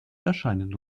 erscheinen